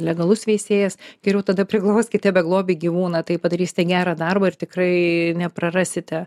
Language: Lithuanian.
legalus veisėjas geriau tada priglauskite beglobį gyvūną tai padarysite gerą darbą ir tikrai neprarasite